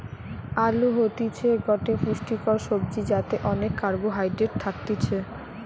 আলু হতিছে গটে পুষ্টিকর সবজি যাতে অনেক কার্বহাইড্রেট থাকতিছে